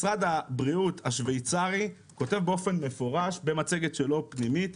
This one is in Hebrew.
משרד הבריאות השוויצרי כותב באופן מפורש במצגת שלו פנימית,